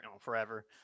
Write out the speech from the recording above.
Forever